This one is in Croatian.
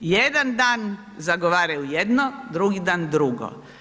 Jedan dan zagovaraju jedno, drugi dan drugo.